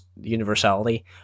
universality